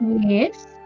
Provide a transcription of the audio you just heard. Yes